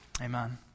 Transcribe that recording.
Amen